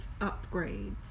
upgrades